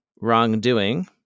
wrongdoing